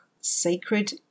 Sacred